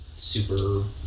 super